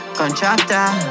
contractor